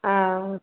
हां